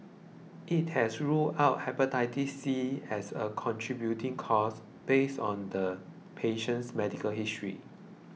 it has ruled out Hepatitis C as a contributing cause based on the patient's medical history